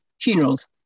funerals